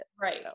Right